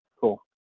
Cool